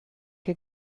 que